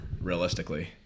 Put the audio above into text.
realistically